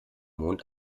mond